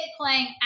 playing